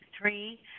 Three